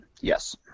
Yes